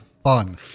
Fun